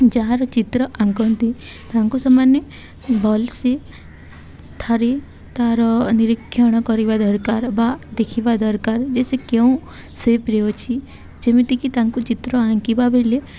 ଯାହାର ଚିତ୍ର ଆଙ୍କନ୍ତି ତାଙ୍କୁ ସେମାନେ ଭଲ୍ ସେ ଥରେ ତା'ର ନିରୀକ୍ଷଣ କରିବା ଦରକାର ବା ଦେଖିବା ଦରକାର ଯେ ସେ କେଉଁ ସେପ୍ରେ ଅଛି ଯେମିତିକି ତାଙ୍କୁ ଚିତ୍ର ଆଙ୍କିବା ବେଳେ